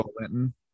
Linton